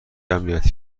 امنیتی